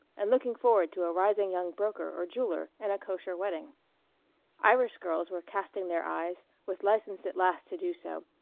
and looking forward to a rising young broker or jeweller and a kosher wedding irish girls were casting their eyes, with license at last to do so,